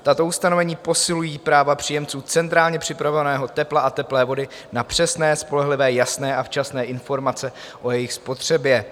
Tato ustanovení posilují práva příjemců centrálně přepravovaného tepla a teplé vody na přesné, spolehlivé, jasné a včasné informace o jejich spotřebě.